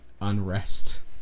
unrest